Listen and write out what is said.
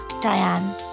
Diane